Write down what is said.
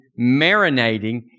marinating